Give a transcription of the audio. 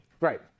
Right